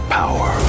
power